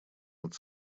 над